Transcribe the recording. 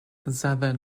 southern